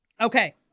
Okay